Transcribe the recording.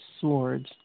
swords